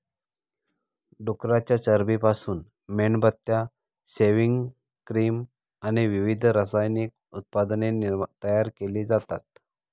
डुकराच्या चरबीपासून मेणबत्त्या, सेव्हिंग क्रीम आणि विविध रासायनिक उत्पादने तयार केली जातात